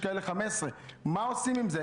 יש כאלה 15,000. מה עושים עם זה?